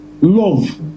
love